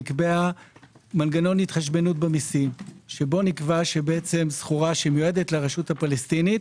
נקבע מנגנון התחשבנות במיסים שבו נקבע שסחורה שמיועדת לרשות הפלסטינית,